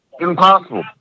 impossible